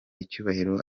icyubahiro